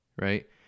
right